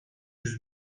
yüz